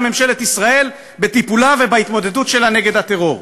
ממשלת ישראל בטיפולה ובהתמודדות שלה נגד הטרור: